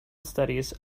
studies